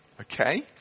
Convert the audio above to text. Okay